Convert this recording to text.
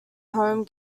home